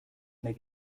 may